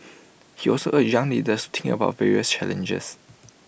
he also urged young leaders to think about various challenges